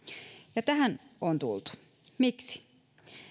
ja tähän on tultu miksi